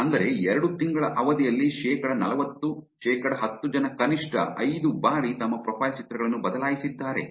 ಅಂದರೆ ಎರಡು ತಿಂಗಳ ಅವಧಿಯಲ್ಲಿ ಶೇಕಡಾ ನಲವತ್ತು ಶೇಕಡಾ ಹತ್ತು ಜನ ಕನಿಷ್ಠ ಐದು ಬಾರಿ ತಮ್ಮ ಪ್ರೊಫೈಲ್ ಚಿತ್ರಗಳನ್ನು ಬದಲಾಯಿಸಿದ್ದಾರೆ